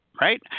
right